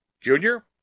Junior